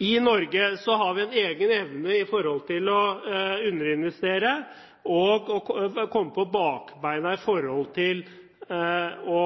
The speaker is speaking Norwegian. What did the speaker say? I Norge har vi en egen evne til å underinvestere og å komme på bakbeina med hensyn til å